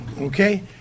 okay